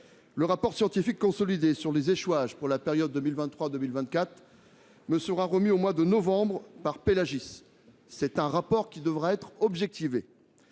Le rapport scientifique consolidé sur les échouages pour la période 2024 2025 me sera remis au mois de novembre par l’observatoire Pélagis. Il devra être objectivé.